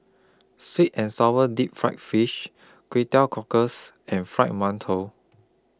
Sweet and Sour Deep Fried Fish Kway Teow Cockles and Fried mantou